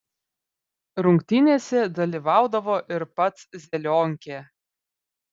rungtynėse dalyvaudavo ir pats zelionkė